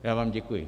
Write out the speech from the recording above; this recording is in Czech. Já vám děkuji.